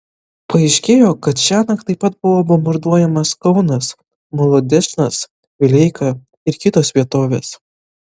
paaiškėjo kad šiąnakt taip pat buvo bombarduojamas kaunas molodečnas vileika ir kitos vietovės